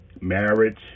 Marriage